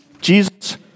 Jesus